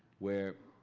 where,